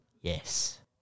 Yes